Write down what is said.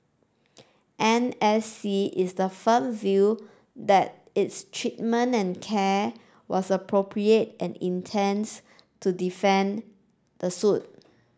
N S C is the firm view that its treatment and care was appropriate and intends to defend the suit